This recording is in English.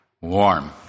warm